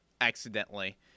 accidentally